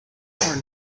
are